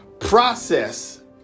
Process